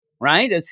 right